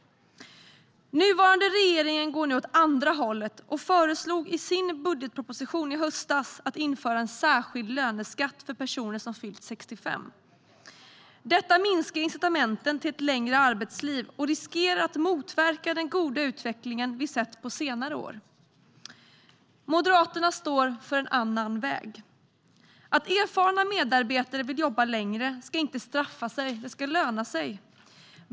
Nuvarande regering går åt andra hållet och föreslog i sin budgetproposition i höstas att införa en särskild löneskatt för personer som fyllt 65 år. Detta minskar incitamenten till ett längre arbetsliv och riskerar att motverka den goda utveckling vi sett på senare år. Moderaterna står för en annan väg. Att erfarna medarbetare vill jobba längre ska inte straffa sig. Det ska löna sig.